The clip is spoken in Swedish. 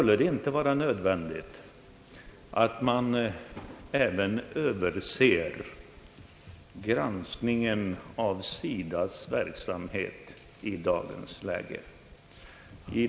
Är det inte nödvändigt att man även ser över SIDA:s verksamhet i dagens läge?